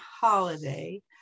holiday